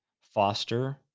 foster